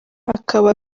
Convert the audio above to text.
akaba